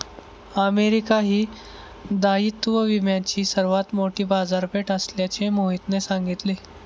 America ही दायित्व विम्याची सर्वात मोठी बाजारपेठ असल्याचे मोहितने सांगितले